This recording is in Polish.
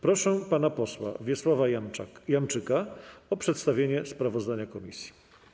Proszę pana posła Wiesława Janczyka o przedstawienie sprawozdania komisji.